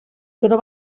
però